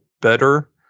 better